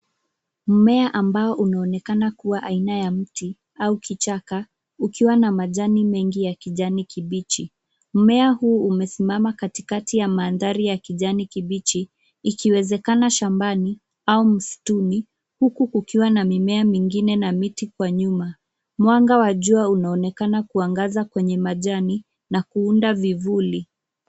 Mmea ambao unaonekana kuwa aina ya mti au kichaka ukiwa na majani mengi ya kijani kibichi. Mmea huu umesimama katikati ya mandhari ya kijani kibichi ikiwezekana shambani au msituni huku kukiwa na mimea mingine na miti kwa nyuma. Mwanga wa jua unaonekana kuangaza kwenye majani na kuunda vivuli.